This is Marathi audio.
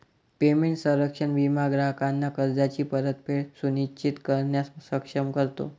पेमेंट संरक्षण विमा ग्राहकांना कर्जाची परतफेड सुनिश्चित करण्यास सक्षम करतो